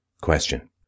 question